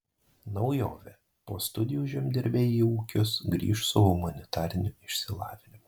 naujovė po studijų žemdirbiai į ūkius grįš su humanitariniu išsilavinimu